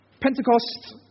Pentecost